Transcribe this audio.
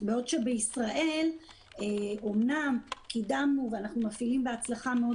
בעוד שבישראל אמנם קידמנו ואנחנו מפעילים בהצלחה מאוד